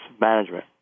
Management